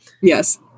Yes